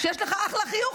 שיש לך אחלה חיוך,